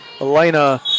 Elena